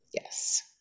Yes